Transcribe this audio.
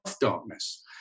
darkness